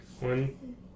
One